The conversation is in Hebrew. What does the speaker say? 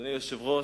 אדוני היושב-ראש,